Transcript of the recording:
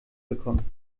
bekommen